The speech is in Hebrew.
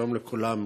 שלום לכולם.